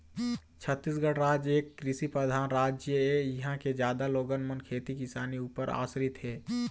छत्तीसगढ़ राज एक कृषि परधान राज ऐ, इहाँ के जादा लोगन मन खेती किसानी ऊपर आसरित हे